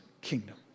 kingdom